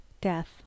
death